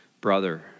brother